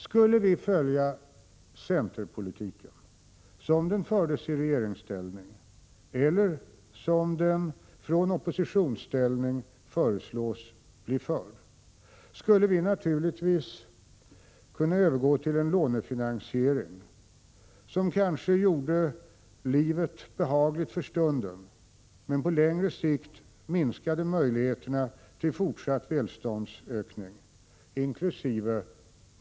Skulle vi följa centerpolitiken, som den fördes i regeringsställning eller som den från oppositionsställning föreslås bli förd, skulle vi naturligtvis kunna övergå till en lånefinansiering. Det skulle kanske göra livet behagligt för stunden men på längre sikt minska möjligheterna för fortsatt välfärdsökning, inkl.